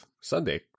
Sunday